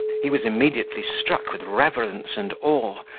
he was immediately struck with reverence and awe,